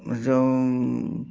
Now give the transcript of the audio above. ଯେଉଁ